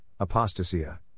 apostasia